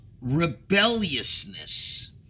rebelliousness